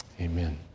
Amen